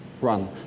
run